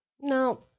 no